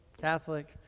Catholic